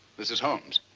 this is holmes.